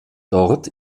dort